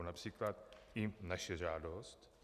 Například i naše žádost.